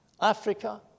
Africa